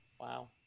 wow